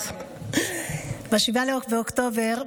ב-7 באוקטובר,